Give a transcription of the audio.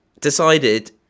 decided